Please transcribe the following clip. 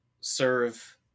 serve